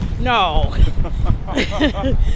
No